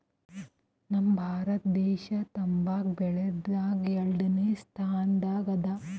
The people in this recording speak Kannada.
ನಮ್ ಭಾರತ ದೇಶ್ ತಂಬಾಕ್ ಬೆಳ್ಯಾದ್ರಗ್ ಎರಡನೇ ಸ್ತಾನದಾಗ್ ಅದಾ